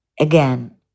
Again